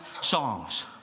songs